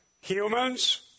humans